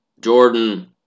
Jordan